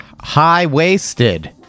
high-waisted